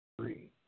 three